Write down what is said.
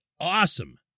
awesome